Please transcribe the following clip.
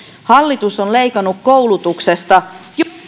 hallitus on leikannut koulutuksesta